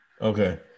Okay